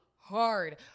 hard